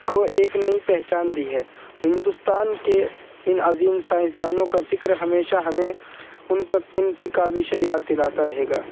کو ایک نئی پہچان دی ہے ہندوستان کے ان عظیم سائنس دانوں کا ذکر ہمیشہ ہمیں ان کا ان کی کاوشیں یاد دلاتا رہے گا